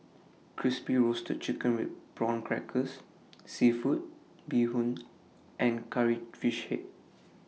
Crispy Roasted Chicken with Prawn Crackers Seafood Bee Hoon and Curry Fish Head